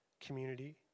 community